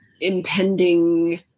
impending